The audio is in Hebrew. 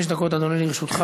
אדוני, חמש דקות לרשותך.